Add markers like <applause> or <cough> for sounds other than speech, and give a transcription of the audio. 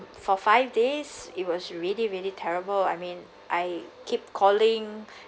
for five days it was really really terrible I mean I keep calling <breath>